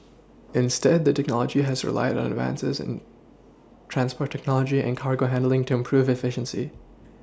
instead the did knowledge has relied on advances in transport technology and cargo handling to improve efficiency